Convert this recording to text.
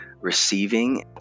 receiving